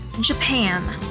Japan